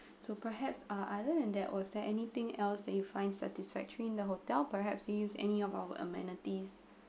so perhaps uh other than that was there anything else that you find satisfactory in the hotel perhaps to use any of our amenities